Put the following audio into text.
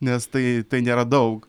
nes tai tai nėra daug